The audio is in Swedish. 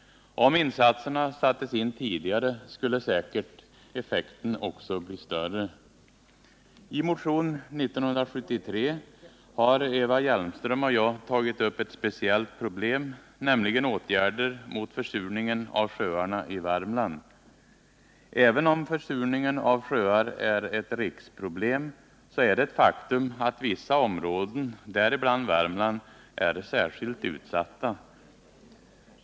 Om insatserna sattes in tidigare skulle säkert effekten också bli större. I motion 1973 har Eva Hjelmström och jag tagit upp ett speciellt problem, nämligen åtgärder mot försurningen av sjöarna i Värmland. Även om försurningen av sjöar är ett riksproblem, så är det ett faktum att vissa områden, däribland Värmland, är särskilt utsatta.